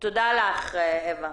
תודה לך, אווה.